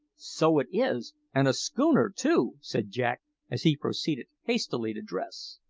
so it is and a schooner, too! said jack as he proceeded hastily to dress.